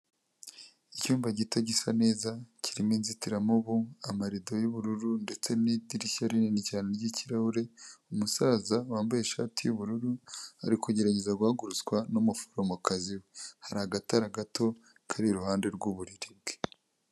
Icyumba gito gisa neza, kirimo inzitiramubu, amarido y'ubururu ndetse n'idirishya rinini cyane ry'ikirahure, umusaza wambaye ishati y'ubururu, ari kugerageza guhagurutswa n'umuforomokazi we. Hari agatara gato kari iruhande rw'uburiri bwe.